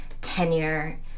tenure